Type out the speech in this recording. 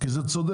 כי זה צודק.